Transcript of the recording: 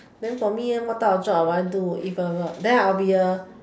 then for me what type of job I want to do if then I'll be a